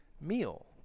meal